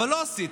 אבל לא עשיתי,